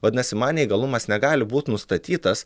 vadinasi man neįgalumas negali būt nustatytas